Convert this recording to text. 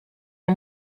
are